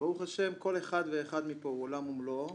ברוך השם כל אחד ואחד מפה הוא עולם ומלואו.